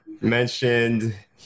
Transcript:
mentioned